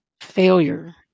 failure